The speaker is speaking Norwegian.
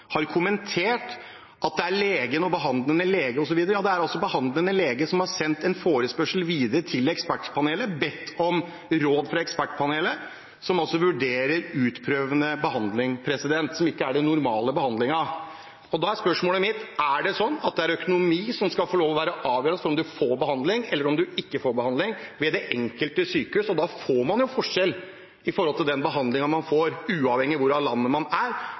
har kommentert at det er legen, behandlende lege osv. Ja, det er også behandlende lege som har sendt en forespørsel videre til og bedt om råd fra Ekspertpanelet, som vurderer utprøvende behandling som ikke er den normale behandlingen. Da er spørsmålet mitt: Er det sånn at det er økonomi som skal få lov til å være avgjørende for om man får behandling eller ikke ved det enkelte sykehus? Da får man jo forskjell når det gjelder hvilken behandling man får, avhengig av hvor i landet man er,